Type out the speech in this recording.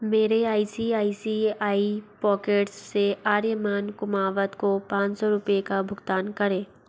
मेरे I C I C I pockets से आर्यमान कुमावत को पाँच सौ रुपये का भुगतान करें